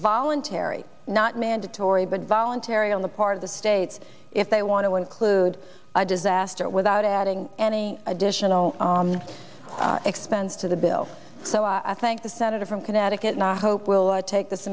voluntary not mandatory but voluntary on the part of the states if they want to include a disaster without adding any additional expense to the bill so i thank the senator from connecticut and i hope we'll take this